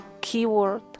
keyword